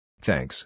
Thanks